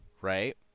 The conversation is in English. right